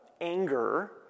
anger